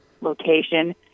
location